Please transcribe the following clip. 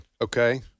Okay